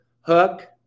hook